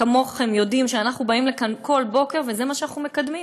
כמוכם יודעים שאנחנו באים לכאן כל בוקר וזה מה שאנחנו מקדמים